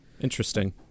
Interesting